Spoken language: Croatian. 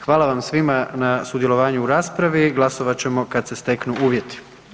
Hvala vam svima na sudjelovanju u raspravi, glasovat ćemo kada se steknu uvjeti.